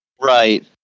Right